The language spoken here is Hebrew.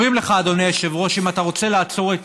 אומרים לך, אדוני היושב-ראש: אם אתה רוצה לעצור את